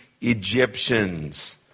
Egyptians